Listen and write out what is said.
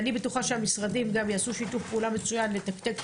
אני בטוחה שהמשרדים יעשו שיתוף פעולה מצוין לתקתק את